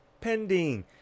pending